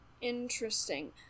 Interesting